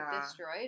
destroyed